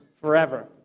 forever